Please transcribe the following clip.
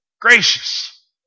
gracious